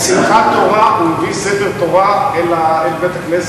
בשמחת תורה הוא הביא ספר תורה אל בית-הכנסת.